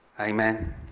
Amen